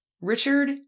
Richard